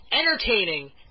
entertaining